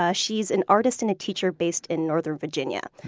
ah she's an artist and a teacher based in northern virginia.